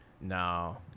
no